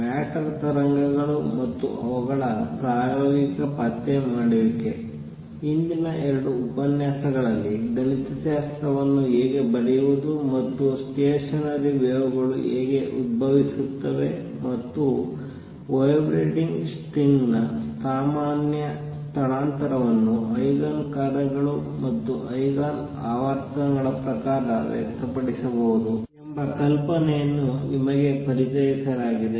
matter ತರಂಗಗಳು ಮತ್ತು ಅವುಗಳ ಪ್ರಾಯೋಗಿಕ ಪತ್ತೆ ಮಾಡುವಿಕೆ ಹಿಂದಿನ 2 ಉಪನ್ಯಾಸಗಳಲ್ಲಿ ಗಣಿತಶಾಸ್ತ್ರವನ್ನು ಹೇಗೆ ಬರೆಯುವುದು ಮತ್ತು ಸ್ಟೇಷನರಿ ವೇವ್ ಗಳು ಹೇಗೆ ಉದ್ಭವಿಸುತ್ತವೆ ಮತ್ತು ವೈಬ್ರೇಟಿಂಗ್ ಸ್ಟ್ರಿಂಗ್ ನ ಸಾಮಾನ್ಯ ಸ್ಥಳಾಂತರವನ್ನು ಐಗನ್ ಕಾರ್ಯಗಳು ಮತ್ತು ಐಗನ್ ಆವರ್ತನಗಳ ಪ್ರಕಾರ ವ್ಯಕ್ತಪಡಿಸಬಹುದು ಎಂಬ ಕಲ್ಪನೆಯನ್ನು ನಿಮಗೆ ಪರಿಚಯಿಸಲಾಗಿದೆ